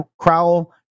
Crowell